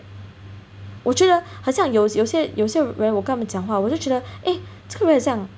我觉得很像有有些有些人我跟他们讲话我就觉得 eh 这个人很像